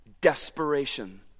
Desperation